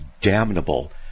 damnable